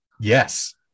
Yes